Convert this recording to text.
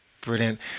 Brilliant